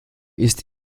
ist